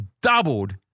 doubled